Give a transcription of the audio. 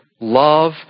love